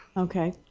okay?